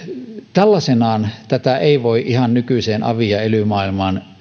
tällaisenaan tätä ei voi ihan nykyiseen avi ja ely maailmaan